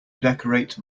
decorate